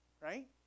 right